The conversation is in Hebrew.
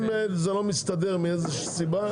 אם זה לא מסתדר מאיזו סיבה,